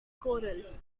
choral